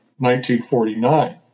1949